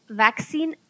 vaccine